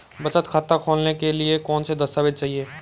बचत खाता खोलने के लिए कौनसे दस्तावेज़ चाहिए?